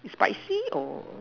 is spicy or